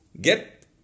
Get